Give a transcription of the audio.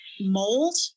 mold